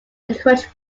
encouraged